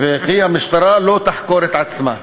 וכי המשטרה לא תחקור את עצמה.